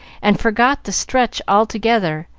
and forgot the stretch altogether,